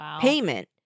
payment